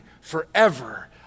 forever